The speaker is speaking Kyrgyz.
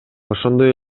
ошондой